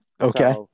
Okay